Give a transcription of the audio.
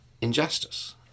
Injustice